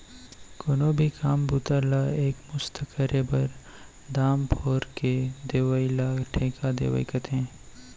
कोनो भी काम बूता ला एक मुस्त करे बर, दाम फोर के देवइ ल ठेका देवई कथें